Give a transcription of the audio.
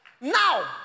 Now